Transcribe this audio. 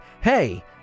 hey